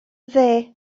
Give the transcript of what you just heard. dde